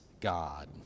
God